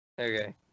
Okay